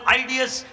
ideas